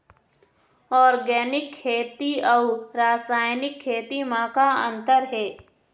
Organic खेती अउ रासायनिक खेती म का अंतर हे?